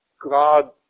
God